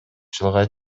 жылга